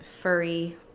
furry